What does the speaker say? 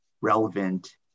relevant